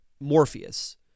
Morpheus